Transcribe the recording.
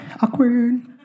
Awkward